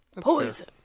Poison